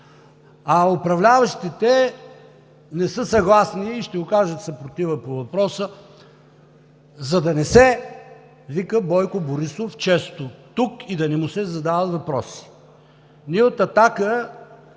а управляващите не са съгласни и ще окажат съпротива по въпроса, за да не се вика Бойко Борисов често тук и да не му се задават въпроси. Ние от „Атака“